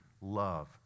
love